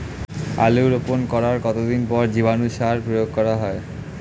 আলু রোপণ করার কতদিন পর জীবাণু সার প্রয়োগ করা হয়?